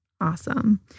Awesome